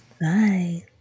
Bye